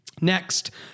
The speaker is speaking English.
Next